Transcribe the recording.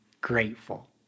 grateful